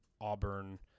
auburn